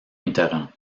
mitterrand